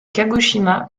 kagoshima